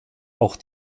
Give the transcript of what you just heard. auch